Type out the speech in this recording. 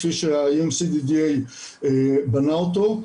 כפי שה EMCDDA בנה אותו,